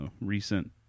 recent